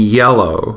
yellow